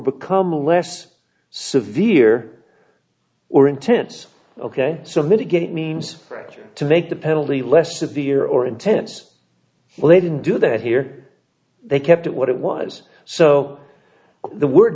become less severe or intense ok so mitigate it means greater to make the penalty less severe or intense well they didn't do that here they kept it what it was so the word